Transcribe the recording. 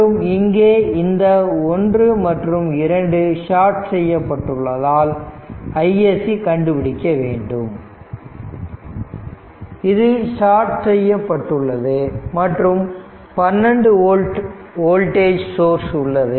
மற்றும் இங்கே இந்த 1 மற்றும் 2 ஷார்ட் செய்யப்பட்டுள்ளதால் iSC கண்டுபிடிக்க வேண்டும் இது ஷாட் செய்யப்பட்டுள்ளது மற்றும் 12 ஓல்ட் வோல்டேஜ் சோர்ஸ் உள்ளது